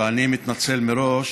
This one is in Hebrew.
ואני מתנצל מראש